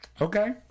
Okay